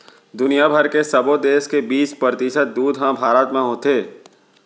दुनिया भर के सबो देस के बीस परतिसत दूद ह भारत म होथे